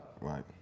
Right